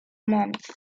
month